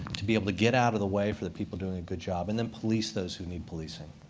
to be able to get out of the way for the people doing a good job, and then police those who need policing.